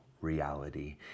reality